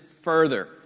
further